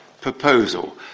proposal